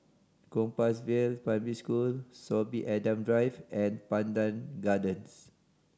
Compassvale Primary School Sorby Adam Drive and Pandan Gardens